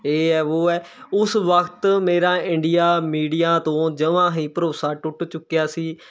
ਇਹ ਹੈ ਵੋਹ ਹੈ ਉਸ ਵਕਤ ਮੇਰਾ ਇੰਡੀਆ ਮੀਡੀਆ ਤੋਂ ਜਮ੍ਹਾਂ ਹੀ ਭਰੋਸਾ ਟੁੱਟ ਚੁੱਕਿਆ ਸੀ